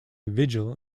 vigil